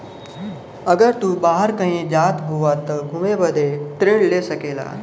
अगर तू बाहर कही जात हउआ त घुमे बदे ऋण ले सकेला